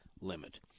limit